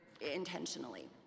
intentionally